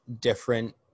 different